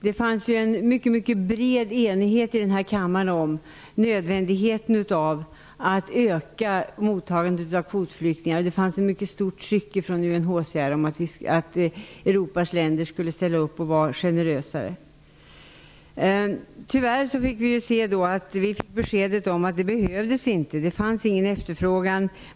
Det fanns en mycket bred enighet i denna kammare om nödvändigheten av att öka mottagandet av kvotflyktingar. Det fanns ett mycket stort tryck från UNHCR om att Europas länder skulle ställa upp och vara generösare. Tyvvär fick vi besked om att detta inte behövdes. Det fanns ingen efterfrågan.